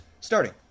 starting